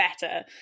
better